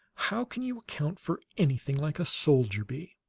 how can you account for anything like a soldier bee?